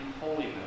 holiness